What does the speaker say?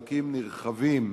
נרחבים